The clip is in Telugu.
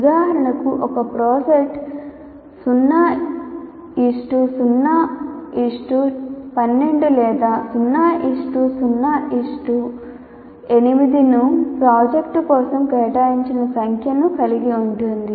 ఉదాహరణకు ఒక ప్రాజెక్ట్ 0 0 12 లేదా 0 0 8 ను ప్రాజెక్ట్ కోసం కేటాయించిన సంఖ్యను కలిగి ఉంటుంది